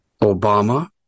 Obama